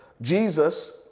Jesus